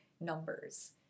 numbers